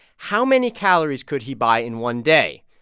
how many calories could he buy in one day?